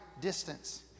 distance